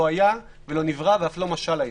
לא היה ולא נברא ואף לא משל היה.